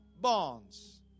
bonds